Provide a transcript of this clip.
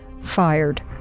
fired